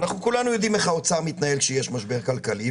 ואנחנו כולנו יודעים איך האוצר מתנהל כשיש משבר כלכלי,